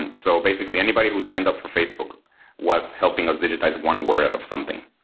and so basically anybody who signed up for facebook was helping us digitize one word out of something.